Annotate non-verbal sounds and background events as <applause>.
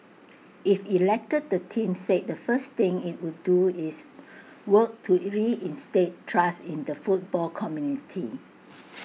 if elected the team said the first thing IT would do is work to <noise> reinstate trust in the football community